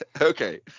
Okay